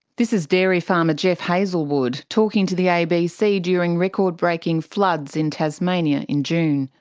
this is dairy farmer geoff heazlewood talking to the abc during record breaking floods in tasmania in june.